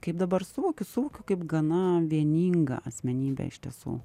kaip dabar suvokiu suvokiu kaip gana vieningą asmenybę iš tiesų